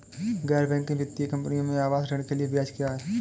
गैर बैंकिंग वित्तीय कंपनियों में आवास ऋण के लिए ब्याज क्या है?